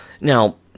Now